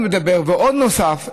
עוד נוסף,